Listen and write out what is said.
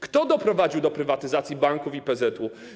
Kto doprowadził do prywatyzacji banków i PZU?